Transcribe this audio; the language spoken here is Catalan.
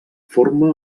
forma